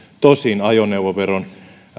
tosin ajoneuvoveron